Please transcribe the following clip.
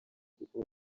kuko